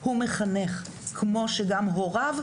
הוא מחנך כמו שגם הוריו,